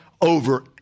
over